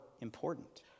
important